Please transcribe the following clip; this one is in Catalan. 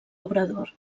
obrador